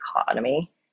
economy